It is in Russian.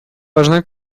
важна